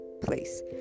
place